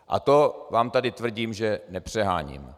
A to vám tady tvrdím, že nepřeháním.